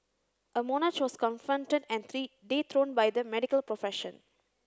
a monarch was confronted and dethroned by the medical profession